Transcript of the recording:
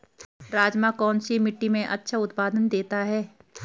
राजमा कौन सी मिट्टी में अच्छा उत्पादन देता है?